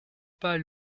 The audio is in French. pas